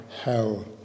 hell